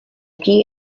key